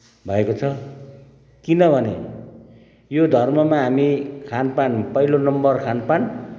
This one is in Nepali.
भएको छ किनभने यो धर्ममा हामी खानपान पहिलो नम्बर खानपान